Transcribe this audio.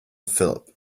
phillip